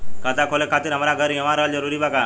खाता खोले खातिर हमार घर इहवा रहल जरूरी बा का?